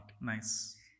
nice